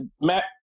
Matt